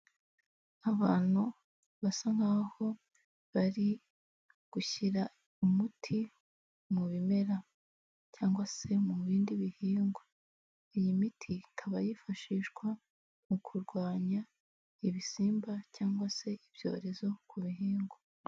Abantu basa nk'aho bari gushyira umuti mu bimera, cyangwa se mu bindi bihingwa. Iyi miti ikaba yifashishwa mu kurwanya ibisimba, cyangwa se ibyorezo ku bihingwa.